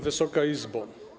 Wysoka Izbo!